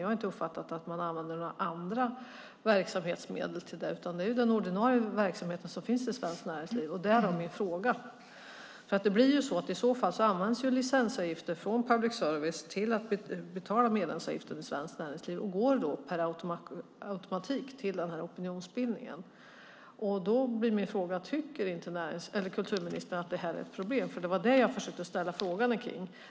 Jag har inte uppfattat att man använder några andra verksamhetsmedel till det, utan det är ju den ordinarie verksamheten som finns i Svenskt Näringsliv - därav min fråga. I så fall används nämligen licensavgifter från public service till att betala medlemsavgiften i Svenskt Näringsliv och går då per automatik till den här opinionsbildningen. Min fråga blir då: Tycker inte kulturministern att det här är ett problem? Det var det jag försökte ställa frågan om.